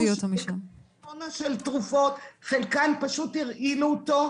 טונה של תרופות, חלקן פשוט הרעילו אותו.